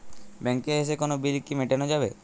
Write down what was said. ব্যাংকে এসে কোনো বিল কি মেটানো যাবে?